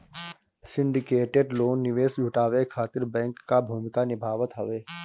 syndicated loan निवेश जुटावे खातिर बैंक कअ भूमिका निभावत हवे